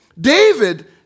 David